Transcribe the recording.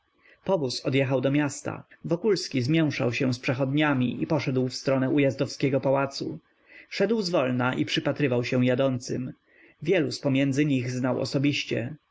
powóz odjechał ku miastu wokulski zmięszał się z przechodniami i poszedł w stronę ujazdowskiego placu szedł zwolna i przypatrywał się jadącym wielu z pomiędzy nich znał osobiście